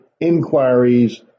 inquiries